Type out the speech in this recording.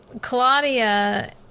Claudia